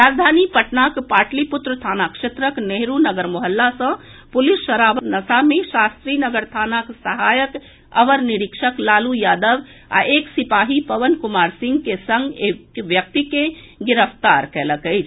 राजधानी पटनाक पाटलिपुत्र थाना क्षेत्रक नेहरू नगर मोहल्ला सँ पुलिस शराबक नशा मे शास्त्री नगर थानाक सहायक अवर निरीक्षक लालू यादव आ एक सिपाही पवन कुमार सिंह के संग एक व्यक्ति के गिरफ्तार कएलक अछि